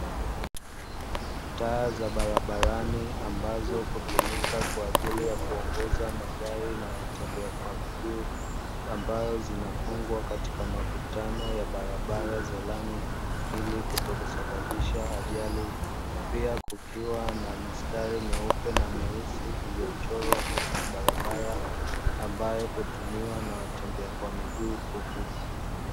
Taa za barabarani ambazo hutumika kwaajili ya kuongoza magari na Watembea kwa miguu, ambayo zinafungwa katika makutano ya barabara za lami ili kutokusababisha ajali, pia kukiwa na mistari myeupe na meusi iliyocholwa katika barabara ambayo hutumiwa na watembea kwa miguu kuvuka.